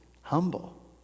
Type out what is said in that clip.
humble